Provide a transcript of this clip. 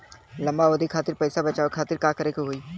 लंबा अवधि खातिर पैसा बचावे खातिर का करे के होयी?